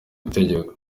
itegeko